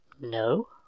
No